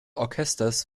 orchesters